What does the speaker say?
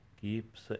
keeps